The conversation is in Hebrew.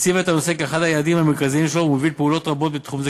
הציב את הנושא כאחד היעדים המרכזיים שלו ומוביל פעולות רבות בתחום זה,